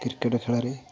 cricket ଖେଳରେ